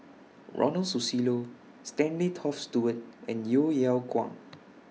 Ronald Susilo Stanley Toft Stewart and Yeo Yeow Kwang